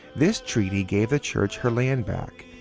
this treaty gave the church her land back,